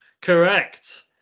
Correct